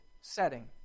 setting